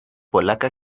polaca